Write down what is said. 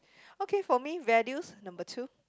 okay for me values number two